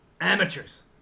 Amateurs